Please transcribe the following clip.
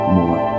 more